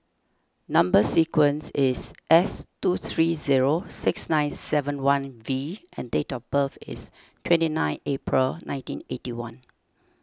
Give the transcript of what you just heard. Number Sequence is S two three zero six nine seven one V and date of birth is twenty nine April nineteen eighty one